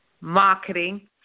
marketing